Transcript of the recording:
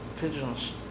pigeons